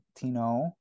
latino